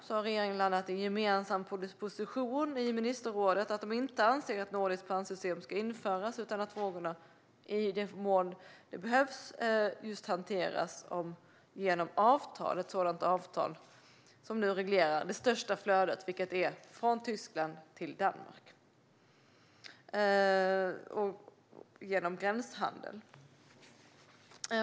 Regeringarna har landat i en gemensam position i ministerrådet att de inte anser att ett nordiskt pantsystem ska införas utan att frågorna i den mån det behövs ska hanteras genom avtal. Det är ett sådant avtal som nu reglerar det största flödet, vilket är från Tyskland till Danmark genom gränshandeln.